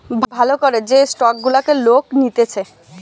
ভাল করে যে স্টক গুলাকে লোক নিতেছে